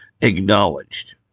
acknowledged